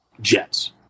Jets